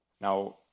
Now